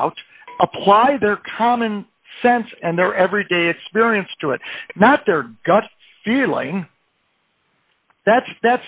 doubt apply their common sense and their everyday experience to it not their gut feeling that's that's